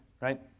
right